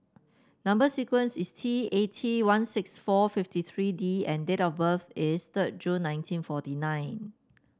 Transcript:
number sequence is T eighty one six four fifty three D and date of birth is third June nineteen forty nine